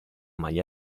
maglia